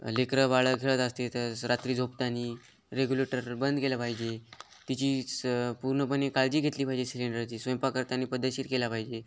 लेकरं बाळं खेळत असते तर रात्री झोपताना रेग्युलेटर बंद केलं पाहिजे तिची स पूर्णपणे काळजी घेतली पाहिजे सिलेंडरची स्वयंपाक करताना पद्धतशीर केला पाहिजे